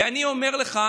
ואני אומר לך,